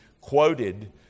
quoted